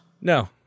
No